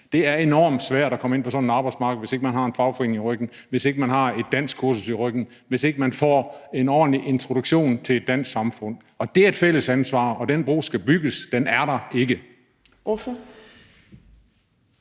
Det er enormt svært at komme ind på sådan et arbejdsmarked, hvis ikke man har en fagforening i ryggen, hvis ikke man har et danskkursus i ryggen, hvis ikke man får en ordentlig introduktion til det danske samfund. Og det er et fælles ansvar. Den bro skal bygges – den er der ikke.